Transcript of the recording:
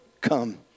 come